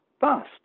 bust